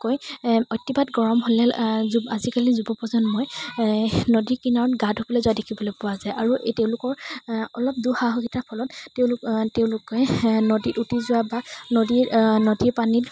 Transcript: অতিপাত গৰম হ'লে আজিকালি যুৱ প্ৰজন্মই নদীৰ কিনাৰত গা ধুবলৈ যোৱা দেখিবলৈ পোৱা যায় আৰু তেওঁলোকৰ অলপ দুঃসাহসিকতাৰ ফলত তেওঁলোক তেওঁলোকে নদীত উটি যোৱা বা নদীৰ নদীৰ পানীত